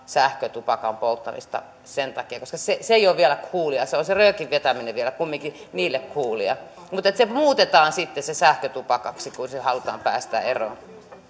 sähkötupakan polttamista sen takia koska se se ei ole vielä coolia se on se röökin vetäminen vielä kumminkin heille coolia mutta se muutetaan sitten sähkötupakaksi kun siitä halutaan päästä eroon